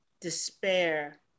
despair